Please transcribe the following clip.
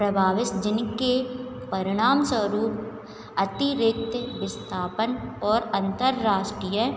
प्रभावित जिनके परिणामस्वरूप अतिरिक्त विस्थापन और अन्तर्राष्ट्रीय